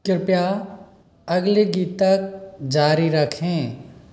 कृपया अगले गीत तक जारी रखें